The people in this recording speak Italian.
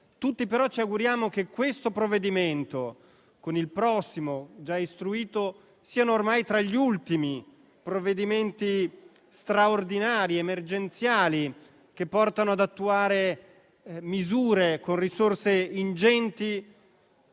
Tutti noi, però, ci auguriamo che questo decreto-legge e il prossimo già istruito siano ormai tra gli ultimi provvedimenti straordinari ed emergenziali, che portano ad attuare misure con risorse ingenti